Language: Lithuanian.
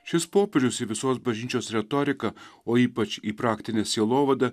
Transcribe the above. šis popiežius į visos bažnyčios retoriką o ypač į praktinę sielovadą